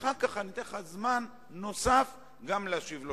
אחר כך אתן לך זמן נוסף גם להשיב לו.